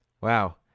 Wow